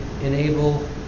enable